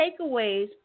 takeaways